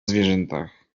zwierzętach